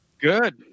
good